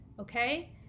Okay